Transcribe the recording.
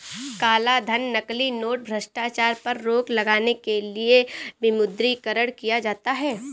कालाधन, नकली नोट, भ्रष्टाचार पर रोक लगाने के लिए विमुद्रीकरण किया जाता है